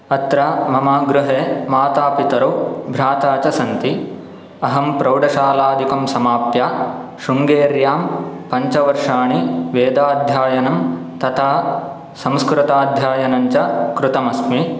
अत्र मम गृहे मातापितरौ भ्राता च सन्ति अहं प्रौढशालादिकं समाप्य शृङ्गेर्यां पञ्चवर्षाणि वेदाध्ययनं तता संस्कृतध्यायनं च कृतमस्मि